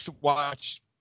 watch